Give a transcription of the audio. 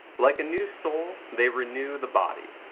like a new soul, they renew the body.